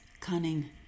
cunning